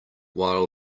while